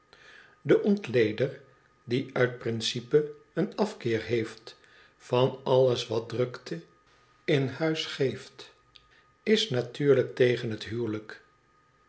de ontleder die uit principe een afkeer heeft van alles wat drukte in huis geeft is natuurlijk tegen het huwelijk